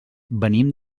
venim